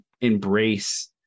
embrace